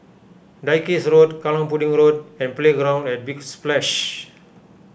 Dalkeith Road Kallang Pudding Road and Playground at Big Splash